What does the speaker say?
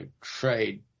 trade